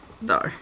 No